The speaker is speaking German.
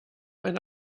eine